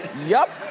yep.